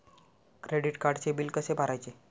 Credit कार्डचे bill कसे भरायचे?